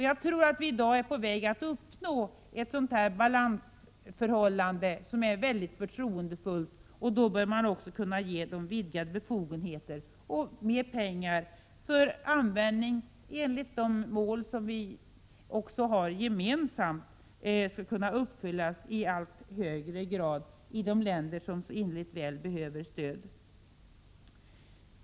Jag tror att vi i dag är på väg att uppnå ett förtroendefullt balansförhållande, och då bör man kunna ge dessa organisationer vidgade befogenheter och mer pengar att användas för att de mål som vi också har gemensamt skall kunna nås i allt högre grad i de länder som så innerligt väl behöver stöd.